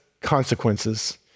consequences